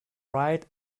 right